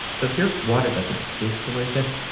so if your water doesn't taste delicious,